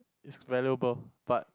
it's valuable but